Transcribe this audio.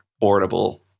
portable